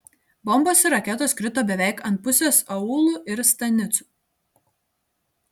bombos ir raketos krito beveik ant pusės aūlų ir stanicų